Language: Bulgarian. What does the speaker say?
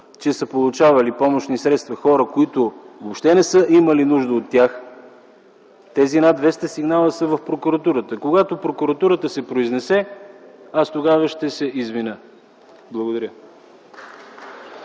че се получавали помощни средства хора, които въобще не са имали нужда от тях, тези над 200 сигнала са в прокуратурата, когато прокуратурата се произнесе тогава ще се извиня. Благодаря.